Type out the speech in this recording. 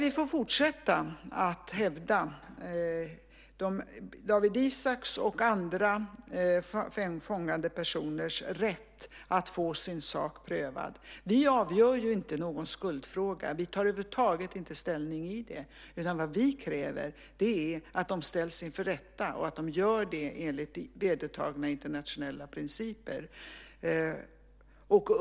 Vi får fortsätta att hävda Dawit Isaaks och andra fängslade personers rätt att få sin sak prövad. Vi avgör ju inte någon skuldfråga. Vi tar över huvud taget inte ställning i det. Vi kräver är att de ställs inför rätta enligt vedertagna internationella principer.